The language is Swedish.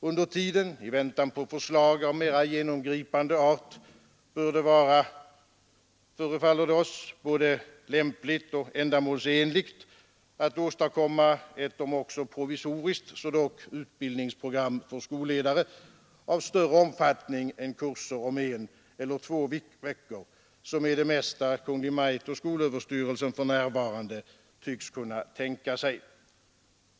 Under tiden, i väntan på förslag av mera genomgripande art, bör det vara, förefaller det oss, både lämpligt och ändamålsenligt att åstadkomma ett om också provisoriskt utbildningsprogram för skolledare av större omfattning än kurser på en eller två veckor, som är det mesta Kungl. Maj:t och skolöverstyrelsen för närvarande tycks kunna tänka sig.